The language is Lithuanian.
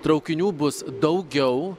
traukinių bus daugiau